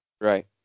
right